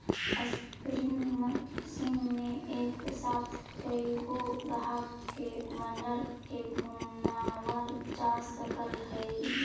spinning machine में एक साथ कएगो धाग के बंडल के घुमावाल जा सकऽ हई